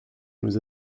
nous